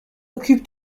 occupe